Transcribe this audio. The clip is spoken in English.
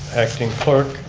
acting clerk